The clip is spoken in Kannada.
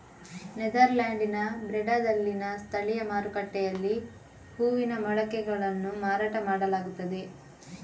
ನೆದರ್ಲ್ಯಾಂಡ್ಸಿನ ಬ್ರೆಡಾದಲ್ಲಿನ ಸ್ಥಳೀಯ ಮಾರುಕಟ್ಟೆಯಲ್ಲಿ ಹೂವಿನ ಮೊಳಕೆಗಳನ್ನು ಮಾರಾಟ ಮಾಡಲಾಗುತ್ತದೆ